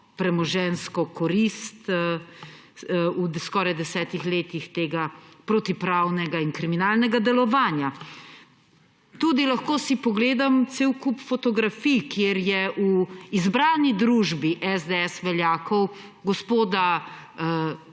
premoženjsko korist v skoraj 10 letih tega protipravnega in kriminalnega delovanja. Lahko si tudi pogledam cel kup fotografij, kjer je v izbrani družbi veljakov SDS, gospoda